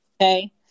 Okay